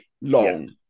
long